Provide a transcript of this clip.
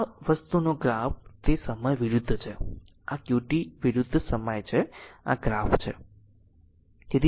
તેથી આ છે આ વસ્તુનો ગ્રાફ તે સમય વિરુદ્ધ છે અને આ qt વિરુદ્ધ સમય છે આ ગ્રાફ છે